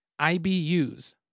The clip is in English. IBUs